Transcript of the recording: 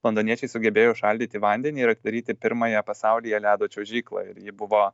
londoniečiai sugebėjo užšaldyti vandenį ir atidaryti pirmąją pasaulyje ledo čiuožyklą ir ji buvo